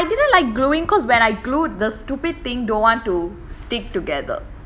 no no I didn't like gluing because when I glued the stupid thing don't want to stick together